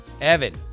Evan